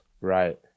Right